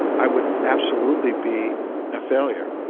i would absolutely be a failure.